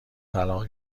طلاق